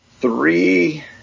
Three